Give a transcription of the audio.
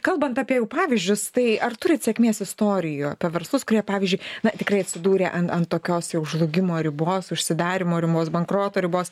kalbant apie pavyzdžius tai ar turit sėkmės istorijų apie verslus kurie pavyzdžiui na tikrai atsidūrė an an tokios jau žlugimo ribos užsidarymo ribos bankroto ribos